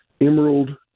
emerald